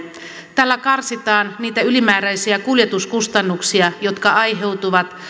tällä karsitaan niitä ylimääräisiä kuljetuskustannuksia jotka aiheutuvat